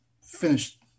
finished